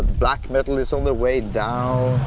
black metal is on the way down.